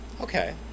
Okay